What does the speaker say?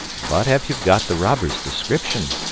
but have you got the robber's description?